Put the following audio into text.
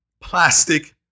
plastic